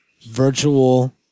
virtual